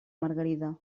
margarida